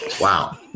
Wow